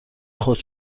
خود